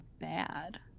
bad